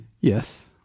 Yes